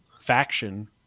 faction